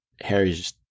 Harry's